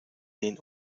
den